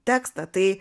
tekstą tai